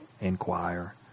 inquire